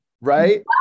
right